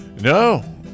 No